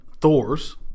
Thor's